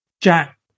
Jack